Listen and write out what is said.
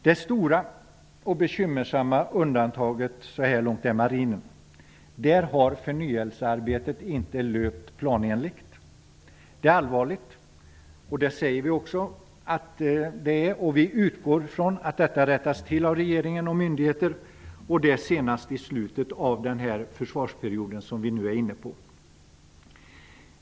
Det stora och bekymmersamma undantaget så här långt är marinen. Där har förnyelsearbetet inte löpt planenligt. Det är allvarligt, vilket vi också säger att det är. Vi utgår från att detta skall rättas till av regeringen och av myndigheterna senast i slutet av den försvarsperiod som vi nu är inne i.